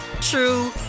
true